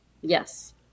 Yes